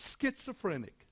schizophrenic